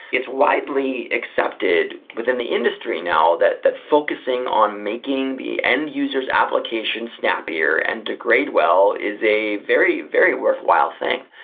it's widely accepted within the industry now that that focusing on making the end user s application snappier and degrade well is a very, very worthwhile thing.